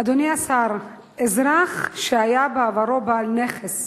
אדוני השר, אזרח שהיה בעברו בעל נכס